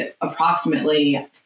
approximately